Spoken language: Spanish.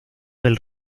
del